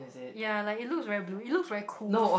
ya like it looks very blue it looks very cool